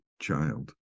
child